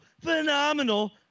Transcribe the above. phenomenal